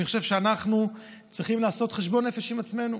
אני חושב שאנחנו צריכים לעשות חשבון נפש עם עצמנו,